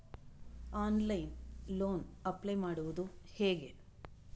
Online loan apply ಮಾಡುವುದು ಹೇಗೆ?